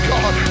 God